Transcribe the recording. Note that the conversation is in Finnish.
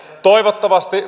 toivottavasti